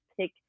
pick